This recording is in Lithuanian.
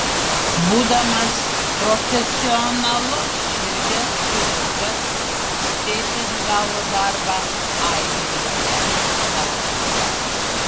būdamas profesionalus širdies chirurgas tėtis gavo darbą airijoje belfaste